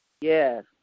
Yes